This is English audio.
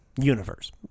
Universe